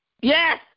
Yes